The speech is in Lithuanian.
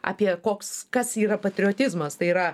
apie koks kas yra patriotizmas tai yra